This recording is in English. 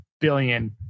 billion